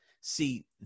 See